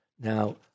Now